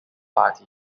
party